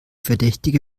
verdächtige